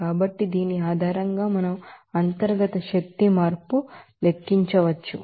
కాబట్టి దీని ఆధారంగా మనం ఇంటర్నల్ ఎనర్జీ చేంజ్ లెక్కించవచ్చు